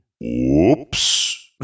whoops